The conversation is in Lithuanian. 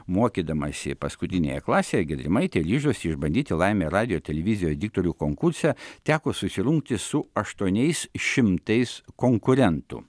mokydamasi paskutinėje klasėje giedrimaitė ryžosi išbandyti laimę radijo televizijos diktorių konkurse teko susirungti su aštuoniais šimtais konkurentų